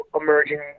emerging